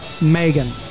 Megan